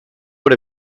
what